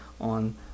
on